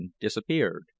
disappeared